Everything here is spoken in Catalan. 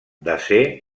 desè